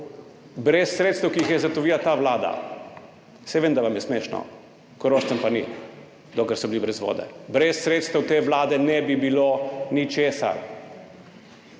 brez sredstev, ki jih je zagotovila ta vlada – saj vem, da vam je smešno, Korošcem pa ni bilo, dokler so bili brez vode – brez sredstev te vlade ne bi bilo ničesar.